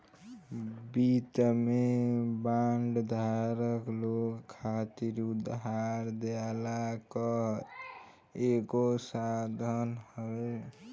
वित्त में बांड धारक लोग खातिर उधार देहला कअ एगो साधन हवे